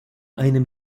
einem